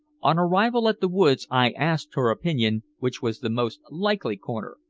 on arrival at the wood i asked her opinion which was the most likely corner,